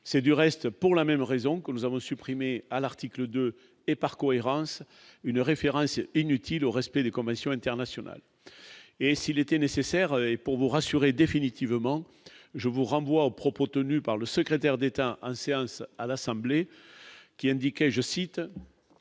c'est du reste pour la même raison que nous avons supprimé à l'article de et par cohérence, une référence, il est inutile au respect des conventions internationales et s'il était nécessaire et pour vous rassurer définitivement, je vous renvoie aux propos tenus par le secrétaire d'État en séance à l'Assemblée, qui indiquait, je cite,